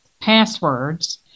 passwords